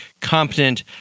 competent